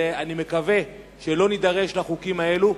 אני מקווה שלא נידרש לחוקים האלה,